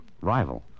rival